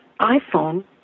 iPhone